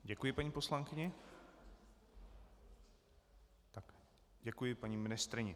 Děkuji paní poslankyni a děkuji i paní ministryni.